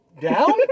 Down